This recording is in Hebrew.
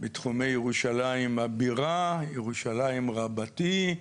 בתחומי ירושלים הבירה, ירושלים רבתי,